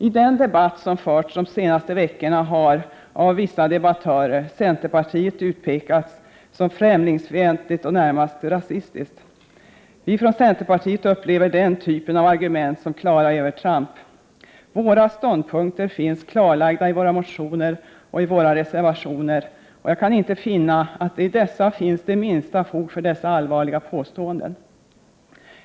I den debatt som förts de senaste veckorna har centerpartiet av vissa debattörer utpekats som främlingsfientligt och närmast rasistiskt. Vi från centerpartiet upplever denna typ av argument som klara övertramp. Våra ståndpunkter finns klarlagda i våra motioner och i våra reservationer, och jag kan inte finna att det i dessa finns det minsta fog för dessa allvarliga påståenden.